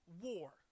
war